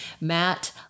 Matt